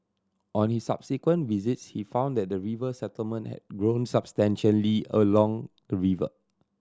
on his subsequent visits he found that the river settlement had grown substantially along the river